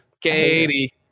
katie